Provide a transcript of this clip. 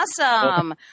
Awesome